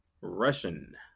Russian